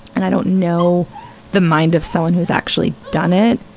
and i don't know the mind of someone who's actually done it,